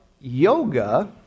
yoga